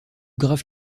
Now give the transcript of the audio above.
graves